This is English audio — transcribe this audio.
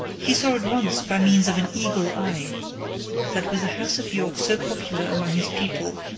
he saw at once by means of an eagle eye that with the house of york so popular among his people,